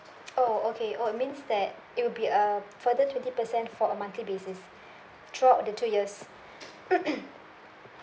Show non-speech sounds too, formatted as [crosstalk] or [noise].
[noise] oh okay oh it means that it will be a further twenty percent for a monthly basis throughout the two years [coughs]